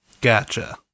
gotcha